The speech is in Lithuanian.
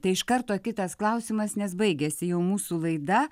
tai iš karto kitas klausimas nes baigiasi jau mūsų laida